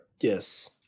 Yes